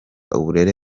uburere